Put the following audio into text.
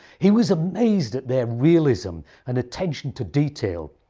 he was amazed at their realism and attention to detail.